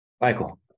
Michael